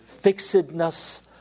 fixedness